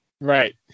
right